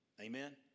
Amen